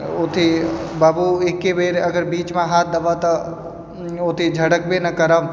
ओथी बाबू एक्के बेर अगर बीचमे हाथ देबह तऽ ओथी झड़कबे ने करब